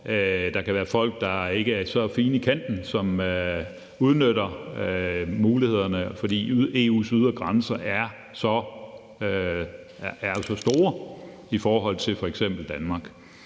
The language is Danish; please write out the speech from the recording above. der kan være folk, der ikke er så fine i kanten, og som udnytter mulighederne, fordi EU's ydre grænser jo er så store i forhold til f.eks. Danmarks.